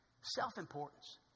Self-importance